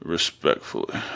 Respectfully